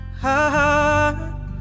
heart